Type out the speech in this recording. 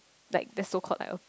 like the so called a